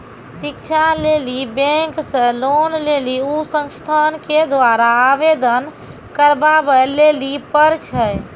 शिक्षा लेली बैंक से लोन लेली उ संस्थान के द्वारा आवेदन करबाबै लेली पर छै?